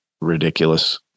ridiculous